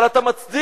אבל אתה מצדיק